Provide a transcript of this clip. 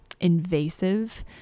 invasive